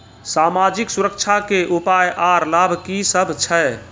समाजिक सुरक्षा के उपाय आर लाभ की सभ छै?